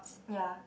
ya